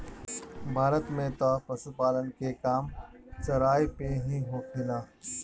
भारत में तअ पशुपालन के काम चराई पे ही होखेला